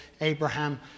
Abraham